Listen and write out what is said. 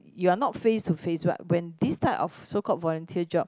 you're not face to face what when this type of so called volunteer job